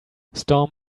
storm